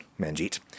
Manjeet